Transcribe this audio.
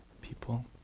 people